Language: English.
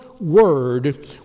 word